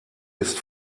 ist